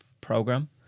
program